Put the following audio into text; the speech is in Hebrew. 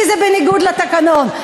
כי זה בניגוד לתקנות.